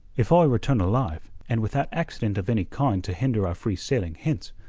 if i return alive, and without accident of any kind to hinder our free sailing hence,